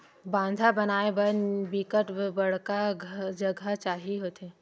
बांधा बनाय बर बिकट बड़का जघा चाही होथे